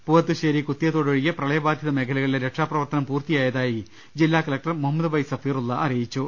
പൂവത്തുശ്ശേരി കുത്തിയതോട് ഒഴികെ പ്രളയബാധിത മേഖലകളിലെ രക്ഷാ പ്രവർത്തനം പൂർത്തിയായതായി ജില്ലാ കലക്ടർ മുഹമ്മദ് വൈ സഫീറുല്ല അറിയിച്ചു